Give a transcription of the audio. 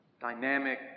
dynamic